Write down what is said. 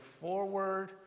forward